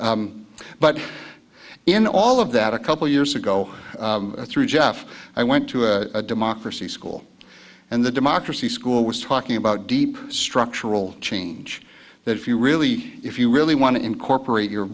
but in all of that a couple years ago through jeff i went to a democracy school and the democracy school was talking about deep structural change that if you really if you really want to incorporate your